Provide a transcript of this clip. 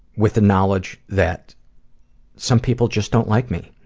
with the knowledge, that some people just don't like me.